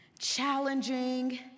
challenging